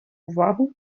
увагу